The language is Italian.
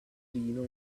lino